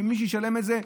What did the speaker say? שמי שישלם את זה,